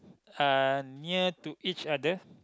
are near to each other